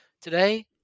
Today